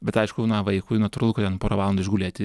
bet aišku na vaikui natūralu kad jam porą valandą išgulėti